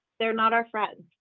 they're not our friends